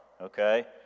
okay